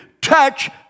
Touch